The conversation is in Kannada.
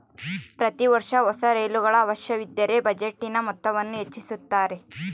ಪ್ರತಿ ವರ್ಷ ಹೊಸ ರೈಲುಗಳ ಅವಶ್ಯವಿದ್ದರ ಬಜೆಟಿನ ಮೊತ್ತವನ್ನು ಹೆಚ್ಚಿಸುತ್ತಾರೆ